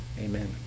Amen